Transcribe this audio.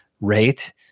rate